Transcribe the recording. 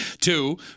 Two